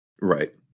right